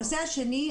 הנושא השני,